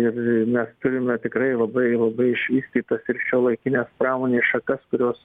ir mes turime tikrai labai labai išvystytas ir šiuolaikines pramonės šakas kurios